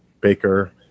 baker